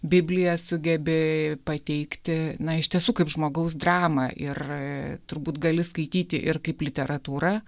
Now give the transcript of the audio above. bibliją sugebi pateikti na iš tiesų kaip žmogaus dramą ir turbūt gali skaityti ir kaip literatūrą